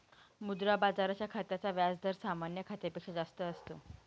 मुद्रा बाजाराच्या खात्याचा व्याज दर सामान्य खात्यापेक्षा जास्त असतो